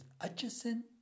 adjacent